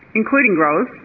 including growers,